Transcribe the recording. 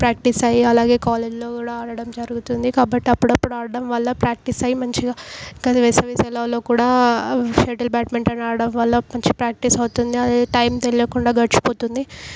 practice అయ్యి అలాగే కాలేజ్లో కూడా ఆడటం జరుగుతుంది కాబట్టి అప్పుడప్పుడు ఆడటం వల్ల ప్రాక్టీస్ అయ్యి మంచిగా ఇంకా అది వేసవి సెలవుల్లో కూడా షటిల్ బ్యాడ్మింటన్ ఆడటం వల్ల మంచి ప్రాక్టీస్ అవుతుంది అదే టైమ్ తెలియకుండా గడిచిపోతుంది